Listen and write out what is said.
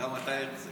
גם אתה, הרצל.